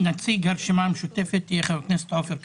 נציג הרשימה המשותפת יהיה חבר הכנסת עופר כסיף.